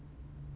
like